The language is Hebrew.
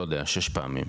לא יודע, 6 פעמים.